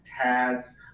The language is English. TADS